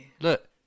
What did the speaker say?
look